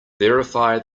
verify